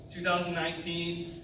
2019